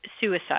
suicide